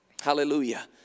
Hallelujah